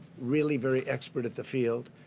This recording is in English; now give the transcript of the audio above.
really very expert at the field.